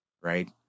Right